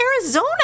Arizona